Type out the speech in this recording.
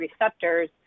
receptors